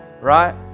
right